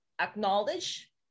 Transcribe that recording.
acknowledge